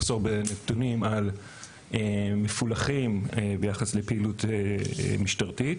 מחסור בנתונים מפולחים ביחס לפעילות משטרתית,